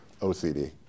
OCD